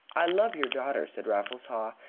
i love your daughter, said raffles haw,